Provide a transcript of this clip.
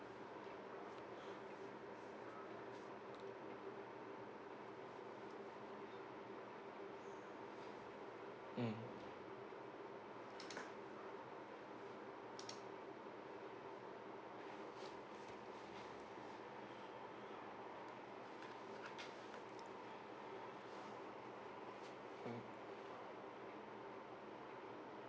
mm